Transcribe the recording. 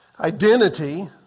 Identity